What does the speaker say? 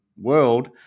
world